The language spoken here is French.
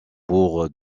pour